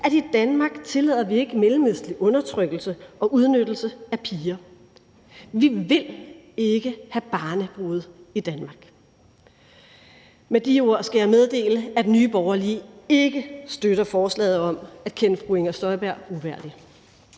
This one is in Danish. vi i Danmark ikke tillader mellemøstlig undertrykkelse og udnyttelse af piger. Vi vil ikke have barnebrude i Danmark. Med de ord skal jeg meddele, at Nye Borgerlige ikke støtter forslaget om at kende fru Inger Støjberg uværdig.